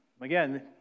Again